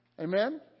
Amen